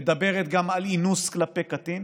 מדברת גם על אינוס כלפי קטין,